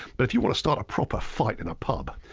but if you want to start a proper fight in a pub,